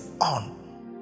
on